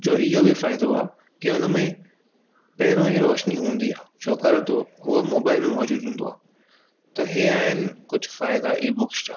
जो इहो बि फ़ाइदो आहे की उन में पहिरियों ई रोशनी हूंदी आहे छाकाणि त हू मोबाइल में मौजूदु हूंदो आहे त इहे आहिनि कुझु फ़ाइदा ई बुक्स जा